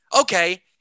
okay